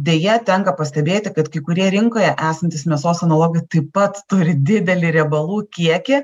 deja tenka pastebėti kad kai kurie rinkoje esantys mėsos analogai taip pat turi didelį riebalų kiekį